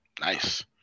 Nice